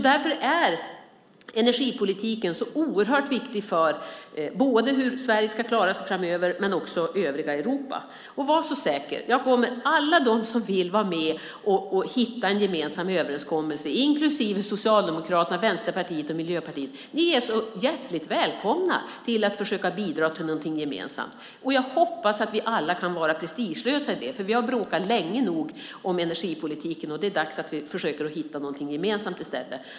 Därför är energipolitiken så oerhört viktig, både för hur Sverige ska klara sig framöver och för övriga Europa. Var så säker: Alla de som vill vara med och hitta en gemensam överenskommelse, inklusive Socialdemokraterna, Vänsterpartiet och Miljöpartiet, är så hjärtligt välkomna att försöka bidra till någonting gemensamt! Jag hoppas att vi alla kan vara prestigelösa i det, för vi har bråkat länge nog om energipolitiken, och det är dags att vi försöker hitta någonting gemensamt i stället.